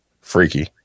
Freaky